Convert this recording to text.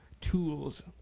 tools